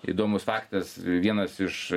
įdomus faktas vienas iš